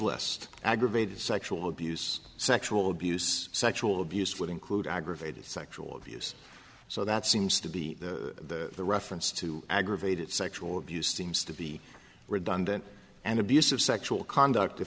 less aggravated sexual abuse sexual abuse sexual abuse would include aggravated sexual abuse so that seems to be the reference to aggravated sexual abuse seems to be redundant and abusive sexual conduct